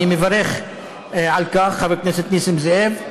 אני מברך על כך, חבר הכנסת נסים זאב,